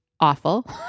awful